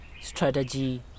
strategy